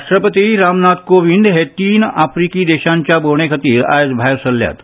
राष्ट्रपती रामनाथ कोविंद हे तीन आफ्रिकन देशांचे भोंवडे खातीर आज भायर सरल्यात